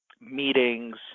meetings